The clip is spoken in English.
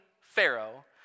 Pharaoh